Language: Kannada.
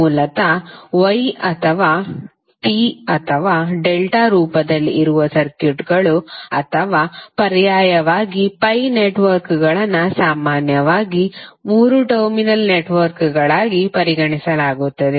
ಮೂಲತಃ Y ಅಥವಾ t ಅಥವಾ ಡೆಲ್ಟಾ ರೂಪದಲ್ಲಿ ಇರುವ ಸರ್ಕ್ಯೂಟ್ಗಳು ಅಥವಾ ಪರ್ಯಾಯವಾಗಿ ಪೈ ನೆಟ್ವರ್ಕ್ಗಳನ್ನು ಸಾಮಾನ್ಯವಾಗಿ 3 ಟರ್ಮಿನಲ್ ನೆಟ್ವರ್ಕ್ಗಳಾಗಿ ಪರಿಗಣಿಸಲಾಗುತ್ತದೆ